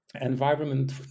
environment